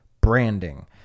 branding